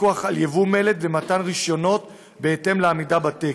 פיקוח על יבוא מלט ומתן רישיונות בהתאם לעמידה בתקן.